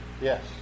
Yes